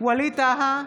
ווליד טאהא,